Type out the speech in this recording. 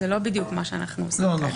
זה לא בדיוק מה שאנחנו עושים כרגע.